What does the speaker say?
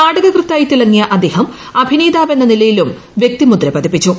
നാടകൃത്തായി തിളങ്ങിയ അദ്ദേഹം അഭിനേതാവെന്ന നിലയിലും വ്യക്തിമുദ്ര പതിപ്പിച്ചു